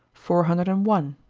four hundred and one.